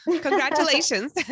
congratulations